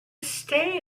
stay